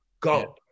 go